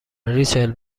ریچل